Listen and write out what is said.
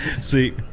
See